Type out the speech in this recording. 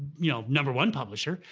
you know, number one publisher.